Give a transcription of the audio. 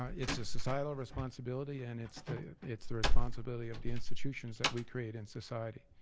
ah it's a societal responsibility and it's the it's the responsibility of the institutions that we create in society,